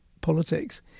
politics